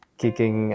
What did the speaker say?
kicking